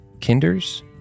Kinder's